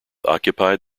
occupied